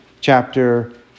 chapter